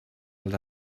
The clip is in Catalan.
els